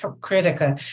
critical